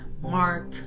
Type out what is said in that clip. mark